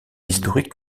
historique